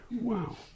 Wow